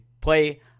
play